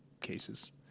cases